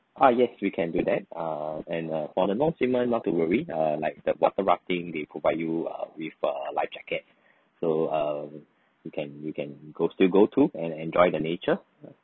ah yes we can do that err and uh for the non-swimmer not to worry uh like the water rafting they provide you uh with a life jacket so uh you can you can go still go to and enjoy the nature